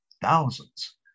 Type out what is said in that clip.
thousands